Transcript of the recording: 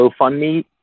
GoFundMe